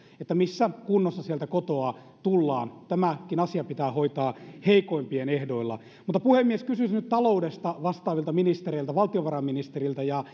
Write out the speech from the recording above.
missä kunnossa sieltä kotoa tullaan tämäkin asia pitää hoitaa heikoimpien ehdoilla mutta puhemies kysyisin nyt taloudesta vastaavilta ministereiltä valtiovarainministeriltä ja